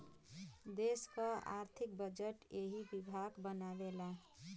देस क आर्थिक बजट एही विभाग बनावेला